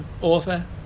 author